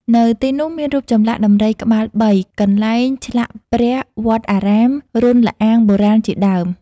នៅទីនោះមានរូបចម្លាក់ដំរីក្បាលបី កន្លែងឆ្លាក់ព្រះ វត្តអារាម រន្ធល្អាងបុរាណជាដើម។